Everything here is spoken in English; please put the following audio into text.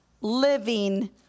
living